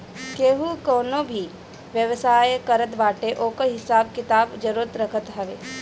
केहू कवनो भी व्यवसाय करत बाटे ओकर हिसाब किताब जरुर रखत हवे